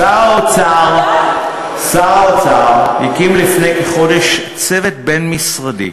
שר האוצר הקים לפני כחודש צוות בין-משרדי,